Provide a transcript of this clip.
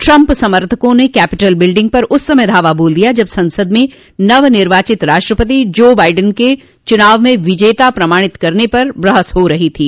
Trump समर्थकों ने Capitol building पर उस समय धावा बोल दिया जब संसद में नव निर्वाचित राष्ट्रपति जो बाइडेन को चूनाव में विजेता प्रमाणित करने पर बहस हो रही थी